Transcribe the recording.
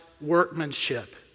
workmanship